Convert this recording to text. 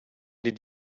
did